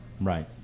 right